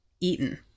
eaten